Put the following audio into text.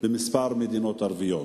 בכמה מדינות ערביות.